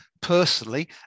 personally